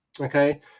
okay